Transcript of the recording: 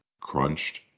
crunched